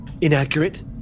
Inaccurate